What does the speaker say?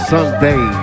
Sunday